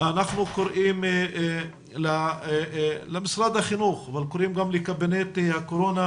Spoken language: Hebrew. אנחנו קוראים למשרד החינוך ולקבינט הקורונה